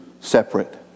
separate